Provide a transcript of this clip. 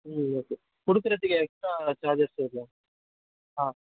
ம் ஓகே கொடுக்கறத்துக்கு extra charges தேவையா ஆ